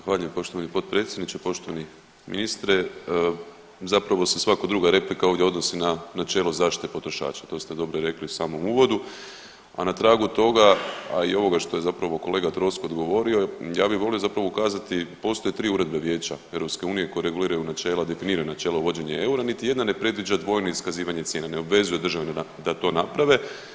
Zahvaljujem poštovani potpredsjedniče, poštovani ministre, zapravo se svaka druga replika ovdje odnosi na načelo zaštite potrošača, to ste dobro rekli i u samom uvodu, a na tragu toga, a i ovoga što je zapravo kolega Troskot govorio, ja bih volio zapravo ukazati, postoje tri uredbe Vijeća EU koje reguliraju načela, definirana načela uvođenja eura, niti jedna ne predviđa dvojno iskazivanje cijena, ne obvezuje države da to naprave.